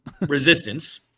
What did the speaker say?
resistance